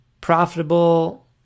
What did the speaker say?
profitable